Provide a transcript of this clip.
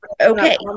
Okay